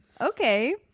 okay